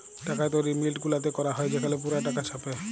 টাকা তৈরি মিল্ট গুলাতে ক্যরা হ্যয় সেখালে পুরা টাকা ছাপে